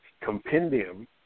compendium